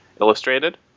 illustrated